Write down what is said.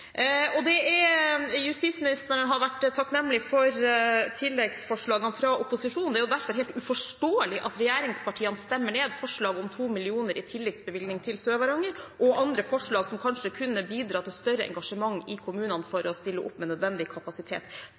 Justisministeren har vært takknemlig for tilleggsforslagene fra opposisjonen, og det er derfor helt uforståelig at regjeringspartiene stemmer ned forslaget om 2 mill. kr i tilleggsbevilgning til Sør-Varanger og andre forslag som kanskje kunne bidra til større engasjement i kommunene og til å stille opp med nødvendig kapasitet.